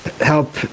help